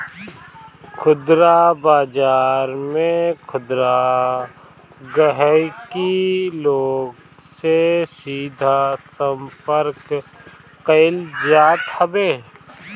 खुदरा बाजार में खुदरा गहकी लोग से सीधा संपर्क कईल जात हवे